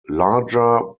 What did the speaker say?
larger